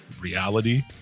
reality